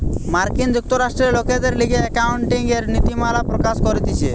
মার্কিন যুক্তরাষ্ট্রে লোকদের লিগে একাউন্টিংএর নীতিমালা প্রকাশ করতিছে